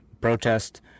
protest